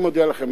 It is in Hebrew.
אני מודיע לכם,